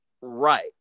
right